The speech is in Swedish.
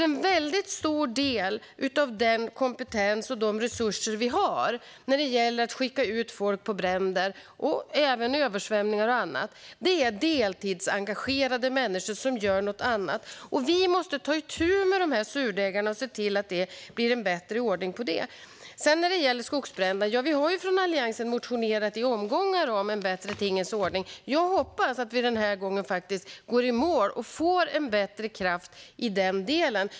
En väldigt stor del av den kompetens och de resurser vi har när det gäller att skicka ut folk på bränder, översvämningar och annat finns hos deltidsengagerade människor som även gör något annat. Vi måste ta itu med de här surdegarna och se till att det blir en bättre ordning. När det gäller skogsbränderna har vi från Alliansen i omgångar motionerat om en bättre tingens ordning. Jag hoppas att vi den här gången går i mål och får bättre kraft.